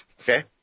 Okay